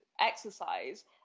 exercise